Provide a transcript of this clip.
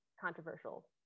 controversial